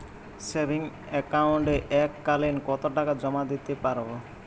Savings একাউন্টে এক কালিন কতটাকা জমা দিতে পারব?